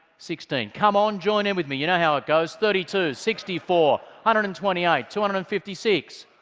sixteen come on, join in with me, you know how it goes thirty two, sixty four, one hundred and twenty eight, two hundred and fifty six,